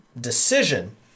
decision